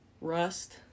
Rust